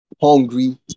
hungry